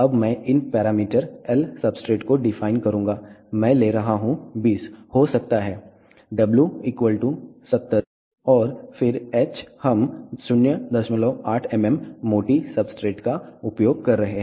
अब मैं इन पैरामीटर l सब्सट्रेट को डिफाइन करूँगा मैं ले रहा हूँ 20 हो सकता है w 70 और फिर h हम 08 mm मोटी सब्सट्रेट का उपयोग कर रहे हैं